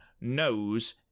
knows